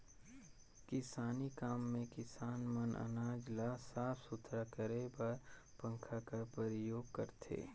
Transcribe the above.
किसानी काम मे किसान मन अनाज ल साफ सुथरा करे बर पंखा कर परियोग करथे